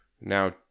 now